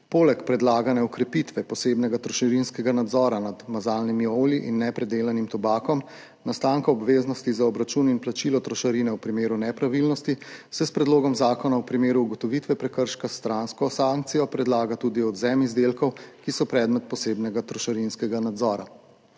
Poleg predlagane okrepitve posebnega trošarinskega nadzora nad mazalnimi olji in nepredelanim tobakom, nastanka obveznosti za obračun in plačilo trošarine v primeru nepravilnosti se s predlogom zakona v primeru ugotovitve prekrška kot stransko sankcijo predlaga tudi odvzem izdelkov, ki so predmet posebnega trošarinskega nadzora.